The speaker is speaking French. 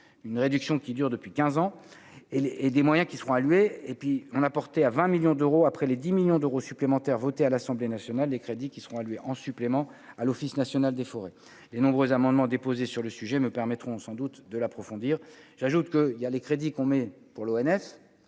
une réduction qui dure depuis 15 ans et et des moyens qui seront alloués et puis on a porté à 20 millions d'euros après les 10 millions d'euros supplémentaires votée à l'Assemblée nationale, des crédits qui seront allouées en supplément à l'Office national des forêts, les nombreux amendements déposés sur le sujet me permettront sans doute. De l'approfondir, j'ajoute que, il y a les crédits qu'on met pour l'ONF